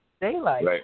daylight